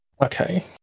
okay